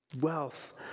wealth